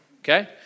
okay